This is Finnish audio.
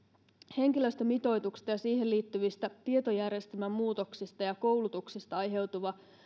henkilöstömitoituksesta ja siihen liittyvistä tietojärjestelmämuutoksista ja koulutuksesta aiheutuva